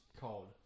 called